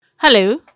Hello